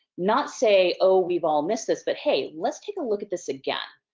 not say, oh we've all missed this but hey, let's take a look at this again.